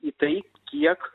į tai kiek